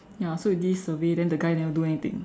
ya so we did survey then the guy never do anything